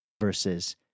versus